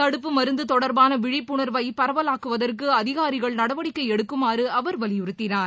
தடுப்பு மருந்து தொடர்பான விழிப்புணர்வை பரவலாக்குவதற்கு அதிகாரிகள் நடவடிக்கை எடுக்குமாறு அவர் வலியுறுத்தினார்